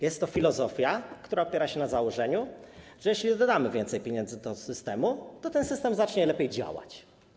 Jest to filozofia, która opiera się na założeniu, że jeśli dodamy więcej pieniędzy do systemu, to ten system zacznie lepiej działać.